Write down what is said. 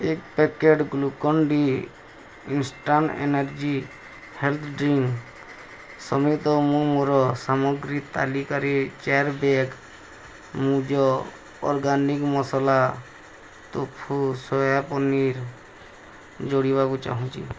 ଏକ packet Glucon D instant energy health drink ସମେତ ମୁଁ ମୋର ସାମଗ୍ରୀ ତାଲିକାରେ ଚାରି ବ୍ୟାଗ୍ ମୂଜ organic masala tofu soya paneer ଯୋଡ଼ିବାକୁ ଚାହୁଁଛି